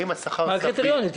מה קריטריונים?